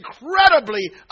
incredibly